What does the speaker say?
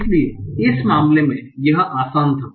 इसलिए इस मामले में यह आसान था